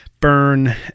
burn